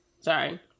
sorry